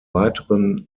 weiteren